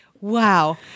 Wow